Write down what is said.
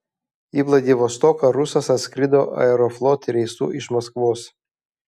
į vladivostoką rusas atskrido aeroflot reisu iš maskvos